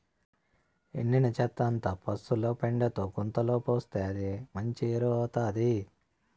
ఎండిన చెత్తంతా పశుల పెండతో గుంతలో పోస్తే అదే మంచి ఎరువౌతాది